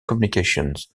communications